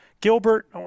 Gilbert